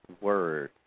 word